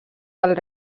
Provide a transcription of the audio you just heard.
del